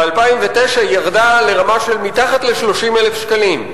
ב-2009 היא ירדה לרמה של מתחת ל-30,000 שקלים,